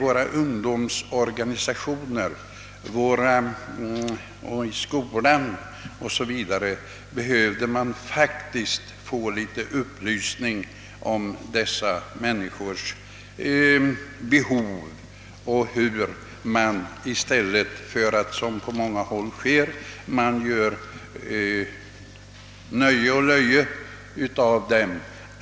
I ungdomsorganisationer och i skolan behöver man faktiskt få mer upplysning om de utvecklingsstörda, så att man kan hjälpa dem till rätta i stället för att, som nu förekommer på många håll, göra nöje och löje av dem.